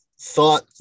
thought